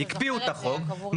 הקפיאו את החוק,